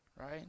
right